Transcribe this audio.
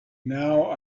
now